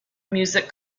music